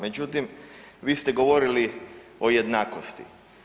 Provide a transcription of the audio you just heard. Međutim, vi ste govorili o jednakosti.